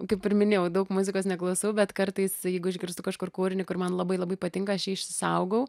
kaip ir minėjau daug muzikos neklausau bet kartais jeigu išgirstu kažkur kūrinį kur man labai labai patinka aš jį išsisaugau